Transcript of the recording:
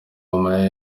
ama